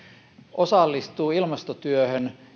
osallistuu ilmastotyöhön